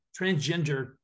transgender